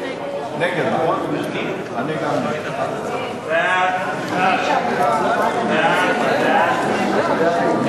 ההצעה להעביר את הצעת חוק הרשויות המקומיות